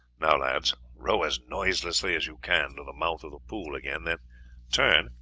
now, lads, row as noiselessly as you can to the mouth of the pool again, then turn,